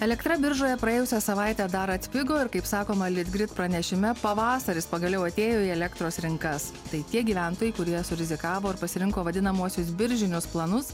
elektra biržoje praėjusią savaitę dar atpigo ir kaip sakoma litgrid pranešime pavasaris pagaliau atėjo į elektros rinkas tai tie gyventojai kurie surizikavo ir pasirinko vadinamuosius biržinius planus